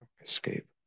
Escape